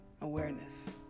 awareness